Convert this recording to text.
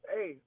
Hey